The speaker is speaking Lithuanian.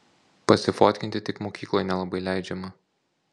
pasifotkinti tik mokykloj nelabai leidžiama